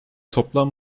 toplam